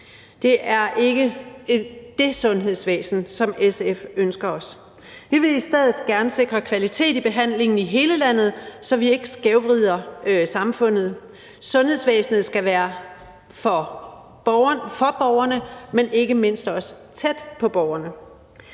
Det er ikke det sundhedsvæsen, som vi i SF ønsker os. Vi vil i stedet gerne sikre kvalitet i behandlingen i hele landet, så vi ikke skævvrider samfundet. Sundhedsvæsenet skal være for borgerne og ikke mindst også tæt på borgerne.